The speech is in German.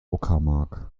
uckermark